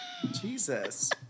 Jesus